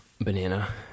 Banana